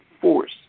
force